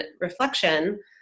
reflection